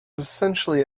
essentially